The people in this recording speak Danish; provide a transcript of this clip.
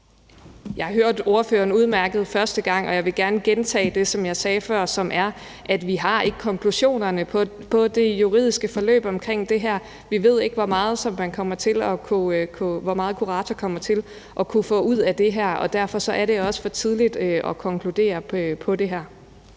Jeg hørte udmærket ordføreren første gang, og jeg vil gerne gentage det, som jeg sagde før, som er, at vi ikke har konklusionerne på det juridiske forløb omkring det her. Vi ved ikke, hvor meget kurator kommer til at kunne få ud af det her. Og derfor er det også for tidligt at konkludere på det her.